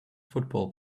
football